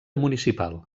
municipal